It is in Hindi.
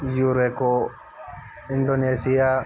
यूरेको इंडोनेशिया